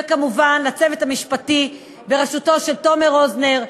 וכמובן לצוות המשפטי בראשותו של תומר רוזנר,